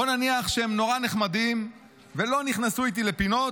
בואו נניח שהם נורא נחמדים ולא נכנסו איתי לפינות,